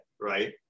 Right